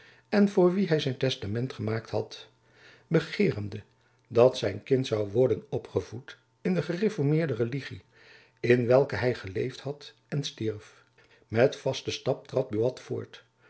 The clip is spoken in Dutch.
en voor wie hy zijn testament gemaakt had begeerende dat zijn kind zoû worden opgevoed in de gereformeerde religie in welke hy geleefd had en stierf met vasten stap trad buat voort